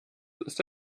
ist